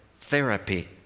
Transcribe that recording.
therapy